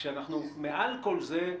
כשמעל כל זה,